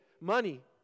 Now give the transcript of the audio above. money